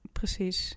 precies